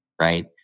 right